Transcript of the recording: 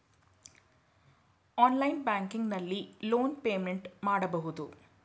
online banking ನಲ್ಲಿ loan payment ಮಾಡಬಹುದು